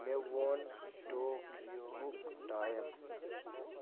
مےٚ ووٚن ٹوکِیوہُک ٹایِم